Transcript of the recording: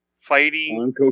fighting